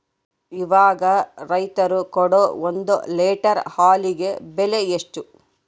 ಇವಾಗ ರೈತರು ಕೊಡೊ ಒಂದು ಲೇಟರ್ ಹಾಲಿಗೆ ಬೆಲೆ ಎಷ್ಟು?